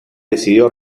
decidió